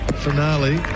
finale